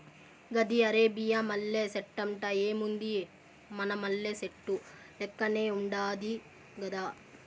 ఇది అరేబియా మల్లె సెట్టంట, ఏముంది మన మల్లె సెట్టు లెక్కనే ఉండాది గదా